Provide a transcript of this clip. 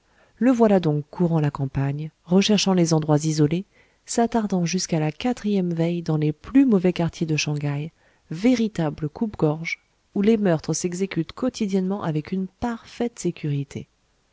le voilà donc courant la campagne recherchant les endroits isolés s'attardant jusqu'à la quatrième veille dans les plus mauvais quartiers de shang haï véritables coupe-gorge où les meurtres s'exécutent quotidiennement avec une parfaite sécurité